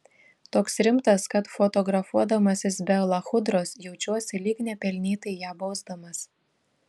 toks rimtas kad fotografuodamasis be lachudros jaučiuosi lyg nepelnytai ją bausdamas